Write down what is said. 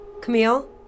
Camille